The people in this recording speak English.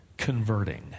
Converting